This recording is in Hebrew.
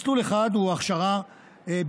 מסלול אחד הוא הכשרה ביטחונית,